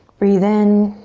breathe in.